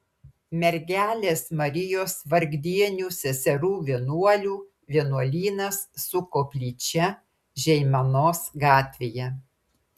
mergelės marijos vargdienių seserų vienuolių vienuolynas su koplyčia žeimenos gatvėje